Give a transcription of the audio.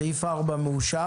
סעיף 4 מאושר.